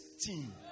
team